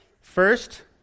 First